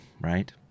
right